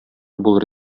булыр